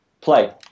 play